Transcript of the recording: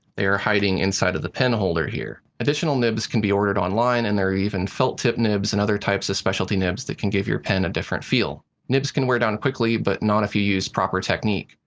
they are hiding inside of the pen holder here. additional nibs can be ordered online and there are even felt tip nibs and other types of specialty nibs that can give your pen a different feel. nibs can wear down quickly, but not if you use proper technique.